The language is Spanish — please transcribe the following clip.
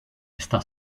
está